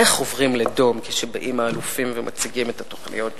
איך עוברים לדום כשבאים האלופים ומציגים את התוכניות שלהם.